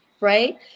Right